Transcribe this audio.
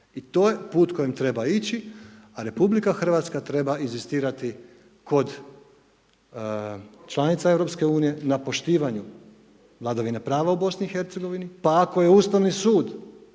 I to je put kojim treba ići, a RH treba inzistirati kod članica EU na poštivanju vladavine prava u BiH, pa ako je Ustavni sud